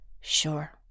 Sure